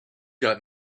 got